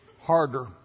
harder